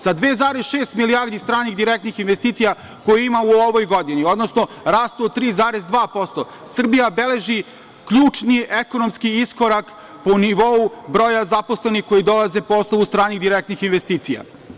Sa 2,6 milijardi stranih direktnih investicija, koje ima u ovoj godini, odnosno rastu od 3,2%, Srbija beleži ključni ekonomski iskorak po nivou broja zaposlenih koji dolaze po osnovu stranih direktnih investicija.